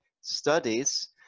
studies